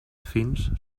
fins